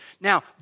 Now